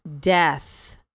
death